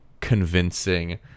convincing